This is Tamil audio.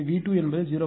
எனவே இது V2 என்பது 0